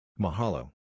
Mahalo